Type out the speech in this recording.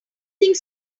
think